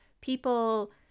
people